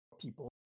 people